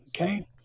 Okay